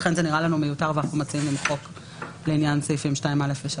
לכן הסעיפים שעוסקים בזה